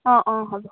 অঁ অঁ হ'ব